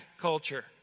culture